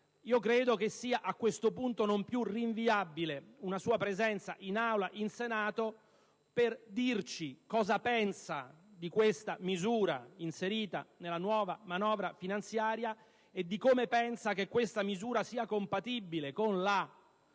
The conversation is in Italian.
Io credo che a questo punto sia non più rinviabile una sua presenza in Aula in Senato per dirci cosa pensa di questa misura inserita nella nuova manovra finanziaria e, in particolare, se ritiene che questa misura sia compatibile con la